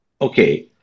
okay